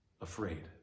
afraid